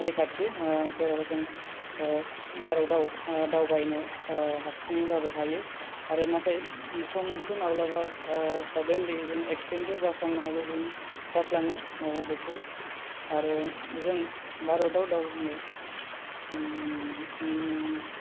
रैखाथि जेराव जों भारतआव दावबायनो हारसिङैबाबो हायो आरो नाथाय स' मोनसे माब्लाबा सादेनलि जों एक्सिडेन्टबो जाफ्लांनो हागौ जाफ्लाङो औ बेखौ आरो जों भारतआव दावबायनो